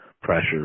pressure